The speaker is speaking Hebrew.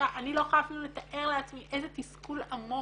אני לא יכולה אפילו לתאר לעצמי איזה תסכול עמוק